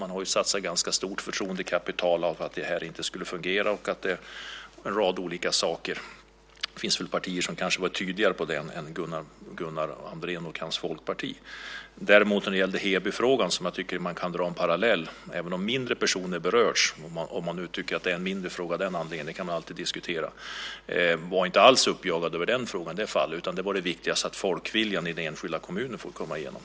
Man har ju satsat ett ganska stort förtroendekapital på att det här inte skulle fungera. Det finns väl partier som kanske varit tydligare på den punkten än Gunnar Andrén och hans folkparti. Däremot var det inte så när det gäller Hebyfrågan. Jag tycker att man kan dra en parallell även om färre personer berörs. Om man tycker att det är en mindre fråga av den anledningen kan alltid diskuteras. Man var inte alls uppjagad över den frågan. Där var det viktigast att folkviljan i den enskilda kommunen fick komma igenom.